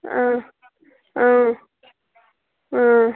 ꯑ ꯑ ꯑ